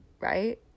right